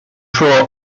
pro